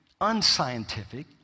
unscientific